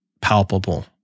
Palpable